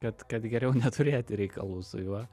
kad kad geriau neturėti reikalų su juo